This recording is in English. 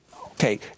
Okay